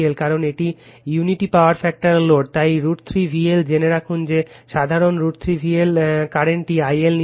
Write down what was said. কারণ এটি unity power factor load তাই √ 3 VL জেনে রাখুন যে সাধারণ √ 3 VL কারেন্টটি I L নিয়েছে